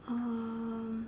um